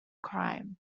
crime